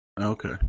Okay